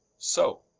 so,